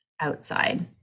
outside